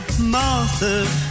Martha